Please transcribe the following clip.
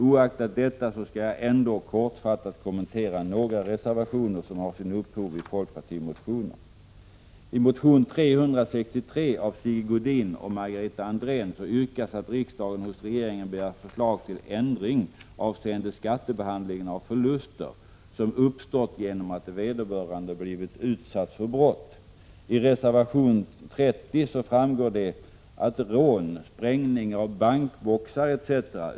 Oaktat detta skall jag ändå kortfattat kommentera några reservationer som har sitt upphov i folkpartimotioner. I motion 363 av Sigge Godin och Margareta Andrén yrkas att riksdagen hos regeringen begär förslag till ändring avseende skattebehandlingen av förluster som uppstått genom att företag blivit utsatta för brott. Av reservation 30 framgår det att rån, sprängning av bankboxar, etc.